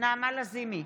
נעמה לזימי,